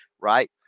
right